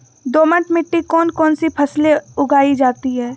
दोमट मिट्टी कौन कौन सी फसलें उगाई जाती है?